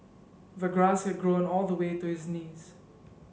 the grass had grown all the way to his knees